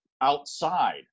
outside